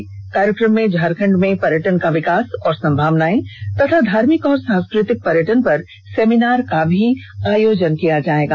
इस कार्यक्रम में झारखंड में पर्यटन का विकास और संभावनाएं तथा धार्मिक और सांस्कृतिक पर्यटन पर सेमिनार का भी आयोजन किया जाएगा